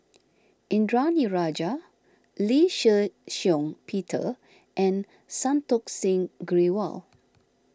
Indranee Rajah Lee Shih Shiong Peter and Santokh Singh Grewal